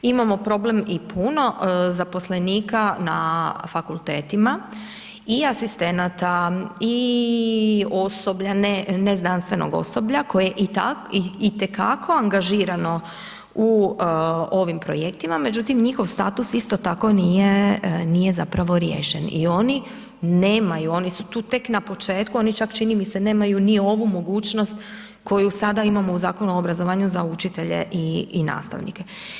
Imamo problem i puno zaposlenika na fakultetima i asistenata i osoblja, ne, neznanstvenog osoblja koje je itekako angažirano u ovim projektima, međutim njihov status isto tako nije, nije zapravo riješen i oni nemaju, oni su tu tek na početku, oni čak čini mi se nemaju ni ovu mogućnost koju sada imamo u Zakonu o obrazovanju za učitelje i, i nastavnike.